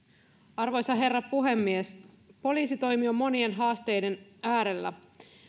arvoisa herra puhemies poliisitoimi on monien haasteiden äärellä